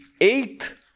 eighth